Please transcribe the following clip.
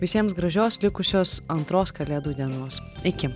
visiems gražios likusios antros kalėdų dienos iki